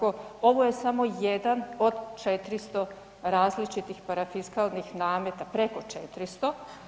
Ovo je samo jedan od 400 različitih parafiskalnih nameta, preko 400.